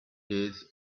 days